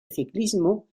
ciclismo